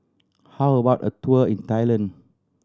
how about a tour in Thailand